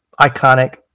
iconic